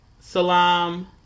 Salam